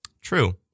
True